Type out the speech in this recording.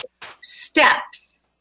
steps